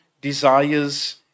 desires